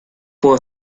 puedo